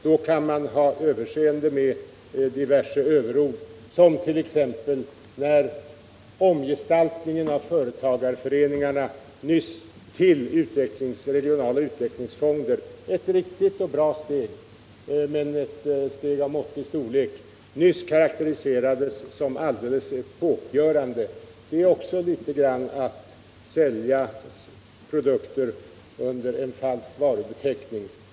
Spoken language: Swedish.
Då kan man ha överseende med diverse överord som 1. ex. när omgestaltningen av företagarföreningarna till regionala utvecklingsfonderett riktigt och bra steg men av måttlig storlek — nyss karakteriserades som alldeles epokgörande. Det är något av att sälja produkter under falsk varubeteckning.